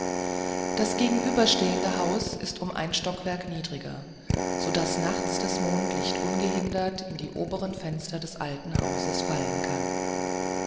das gegenüberstehende haus ist um ein stockwerk niedriger so daß nachts das mondlicht ungehindert in die oberen fenster des alten hauses fallen kann